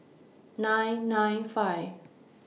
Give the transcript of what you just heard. nine nine five